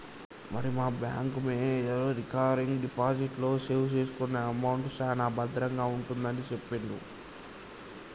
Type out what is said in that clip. మరి మా bank manager recurring deposit లో సేవ్ చేసుకున్న అమౌంట్ సాన భద్రంగా ఉంటుందని సెప్పిండు